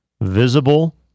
visible